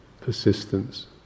persistence